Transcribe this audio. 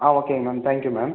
ஆ ஓகேங்க ma'am thank you ma'am